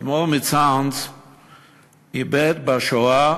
האדמו"ר מצאנז איבד בשואה